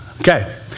Okay